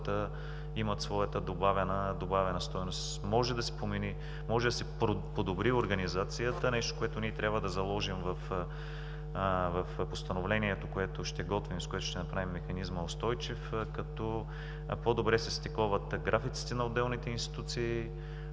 имат своята добавена стойност. Може да се промени, може да се подобри организацията – нещо, което ние трябва да заложим в постановлението, което ще готвим, с което ще направим механизма устойчив, като по-добре се стиковат графиците на отделните институции,